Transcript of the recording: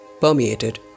permeated